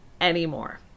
anymore